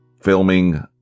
filming